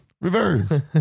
Reverse